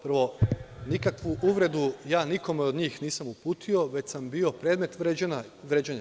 Prvo, nikakvu uvredu ja nikome od njih nisam uputio, već sam bio predmet vređanja.